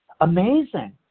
amazing